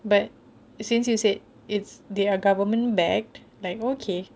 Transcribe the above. but since you said it's they're government backed like okay